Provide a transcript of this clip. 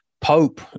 Pope